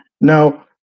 Now